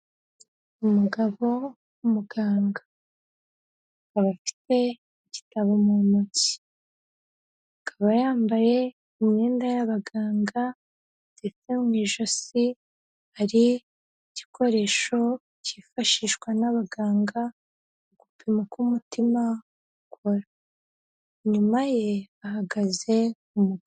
Umugabo w'umuganga. Akaba afite igitabo mu ntoki. Akaba yambaye imyenda y'abaganga, ndetse mu ijosi hari igikoresho cyifashishwa n'abaganga, gupima ko umutima ukora. Inyuma ye hahagaze umugo...